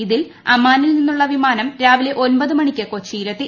ഇതിൽ അമാനിൽ നിന്നുള്ള വിമാനം രാവിലെ ഒൻപത് മണിക്ക് കൊച്ചിയിലെത്തി